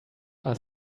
are